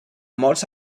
molts